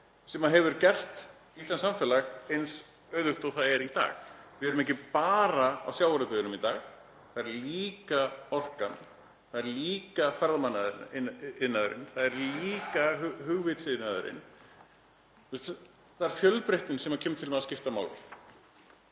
sem hefur gert íslenskt samfélag eins auðugt og það er í dag. Við erum ekki bara með sjávarútveginn í dag, það er líka orkan, það er líka ferðamannaiðnaðurinn, það er líka hugvitsiðnaðurinn. Það er fjölbreytnin sem kemur til með að skipta máli.